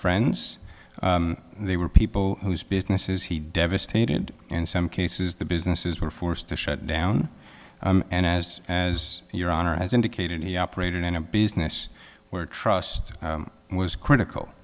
friends they were people whose businesses he devastated in some cases the businesses were forced to shut down and as as your honor as indicated he operated in a business where trust was